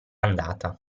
andata